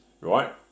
right